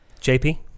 JP